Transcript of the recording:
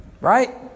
right